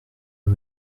eux